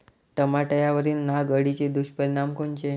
टमाट्यावरील नाग अळीचे दुष्परिणाम कोनचे?